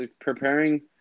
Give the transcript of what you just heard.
preparing